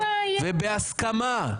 ובהסכמה.